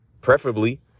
Preferably